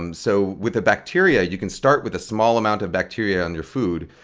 um so with bacteria, you can start with a small amount of bacteria on your food,